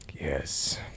yes